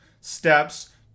steps